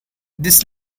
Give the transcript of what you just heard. this